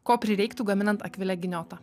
ko prireiktų gaminant akvilę giniotą